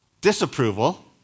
disapproval